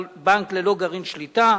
על בנק ללא גרעין שליטה.